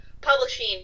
publishing